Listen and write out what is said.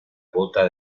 bota